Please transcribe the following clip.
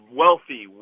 wealthy